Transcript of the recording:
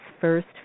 first